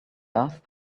earth